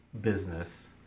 business